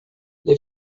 lhe